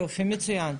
יופי, מצוין.